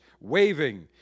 waving